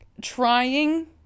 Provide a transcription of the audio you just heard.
trying